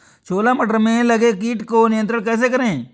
छोला मटर में लगे कीट को नियंत्रण कैसे करें?